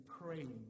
praying